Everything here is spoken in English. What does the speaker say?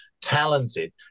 talented